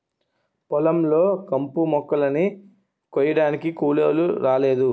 పొలం లో కంపుమొక్కలని కొయ్యడానికి కూలోలు రాలేదు